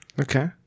Okay